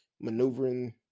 maneuvering